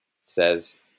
says